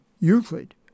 Euclid